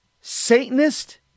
Satanist